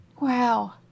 Wow